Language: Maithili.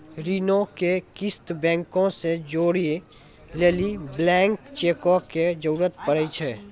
ऋणो के किस्त बैंको से जोड़ै लेली ब्लैंक चेको के जरूरत पड़ै छै